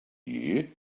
year